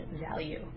value